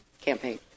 campaign